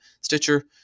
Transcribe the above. Stitcher